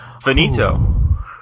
Finito